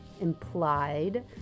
implied